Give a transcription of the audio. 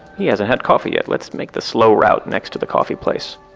he hasn't had coffee yet. let's make the slow route next to the coffee place.